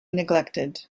neglected